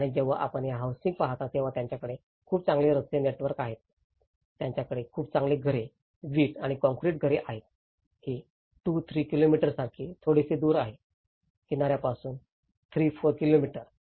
आणि जेव्हा आपण या हौसिंग पाहता तेव्हा त्यांच्याकडे खूप चांगले रस्ता नेटवर्क आहे त्यांच्याकडे खूप चांगली घरे वीट आणि काँक्रीट घरे आहेत हे 2 3 किलोमीटरसारखे थोडेसे दूर आहे किनाऱ्या पासून 3 4 किलोमीटर